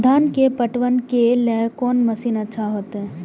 धान के पटवन के लेल कोन मशीन अच्छा होते?